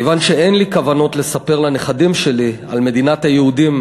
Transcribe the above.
כיוון שאין לי כוונות לספר לנכדים שלי על מדינת היהודים